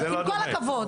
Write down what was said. עם כל הכבוד.